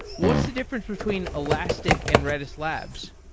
what's the difference between elastic and redis labs?